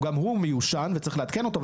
גם הוא מיושן וצריך לעדכן אותו,